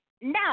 No